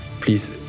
please